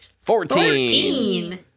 Fourteen